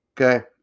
Okay